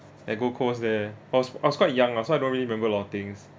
like gold coast there I was I was quite young lah so I don't really remember a lot of things